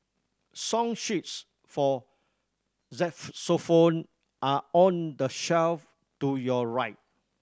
song sheets for are on the shelf to your right